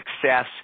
success